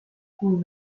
kui